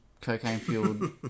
cocaine-fueled